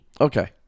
Okay